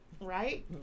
Right